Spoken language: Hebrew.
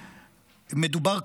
מדובר,